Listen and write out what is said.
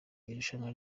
irushanwa